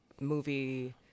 movie